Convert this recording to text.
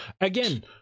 Again